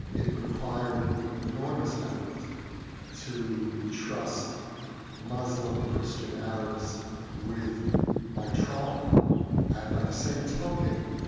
it required an enormous effort to trust muslim and christian arabs with my trauma and by the same token,